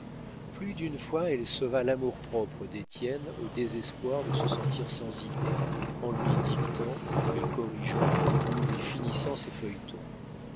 plus d'une fois elle sauva l'amour-propre d'étienne au désespoir de se sentir sans idées en lui dictant lui corrigeant ou lui finissant ses feuilletons